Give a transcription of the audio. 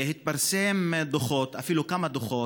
התפרסמו דוחות, אפילו כמה דוחות,